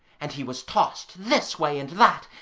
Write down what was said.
and he was tossed this way and that,